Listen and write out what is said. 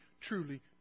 truly